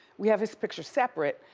we have his picture separate.